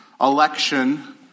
election